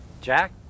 Jack